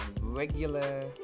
regular